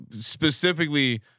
specifically